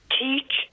teach